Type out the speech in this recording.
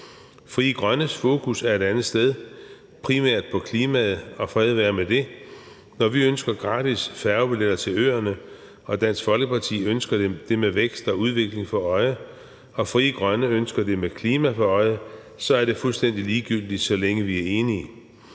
Frie Grønnes fokus er på et andet sted, primært på klimaet, og fred være med det. Når vi ønsker gratis færgebilletter til øerne, er det med vækst og udvikling for øje, mens Frie Grønne ønsker det med klima for øje, men det er fuldstændig ligegyldigt, så længe vi er enige.